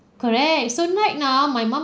correct so right now my mum